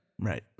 right